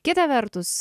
kita vertus